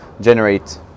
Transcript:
generate